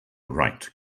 right